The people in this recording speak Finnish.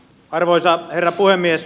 arvoisa herra puhemies